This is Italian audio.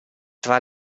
tra